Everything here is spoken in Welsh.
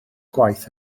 gwaith